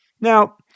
Now